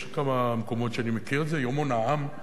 יש כמה מקומות שאני מכיר את זה, "יומון העם".